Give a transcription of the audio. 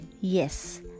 Yes